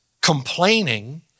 complaining